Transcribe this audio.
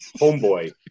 homeboy